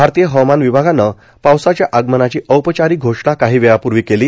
भारतीय हवामान विभागानं पावसाच्या आगमनाची औपचारिक घोषणा काही वेळापूर्वी केली